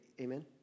Amen